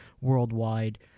worldwide